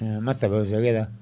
महत्व ऐ उस जगह् दा